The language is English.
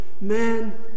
Man